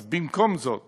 אז במקום זאת